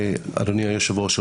אדוני היושב ראש,